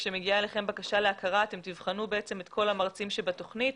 כשמגיעה אליכם בקשה להכרה אתם תבחנו את כל המרצים שבתוכנית